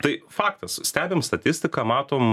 tai faktas stebim statistiką matom